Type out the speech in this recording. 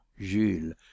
Jules